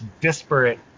disparate